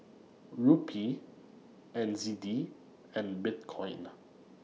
Rupee N Z D and Bitcoin